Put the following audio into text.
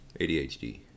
ADHD